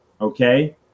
Okay